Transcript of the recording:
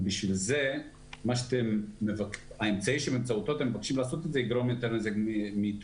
אבל האמצעי שבאמצעותו אתם מבקשים לעשות את זה יגרום יותר נזק מתועלת,